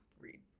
read